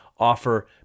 offer